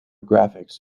graphics